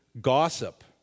gossip